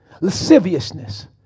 lasciviousness